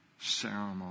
ceremony